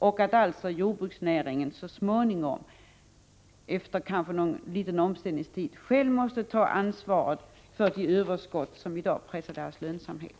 Jordbruksnä ringen måste alltså så småningom, efter kanske en kort omställningstid, själv ta ansvar för det överskott som nu pressar ner näringens lönsamhet.